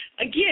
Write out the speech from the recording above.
Again